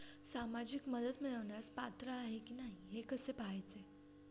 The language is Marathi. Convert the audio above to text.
सामाजिक मदत मिळवण्यास पात्र आहे की नाही हे कसे पाहायचे?